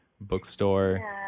bookstore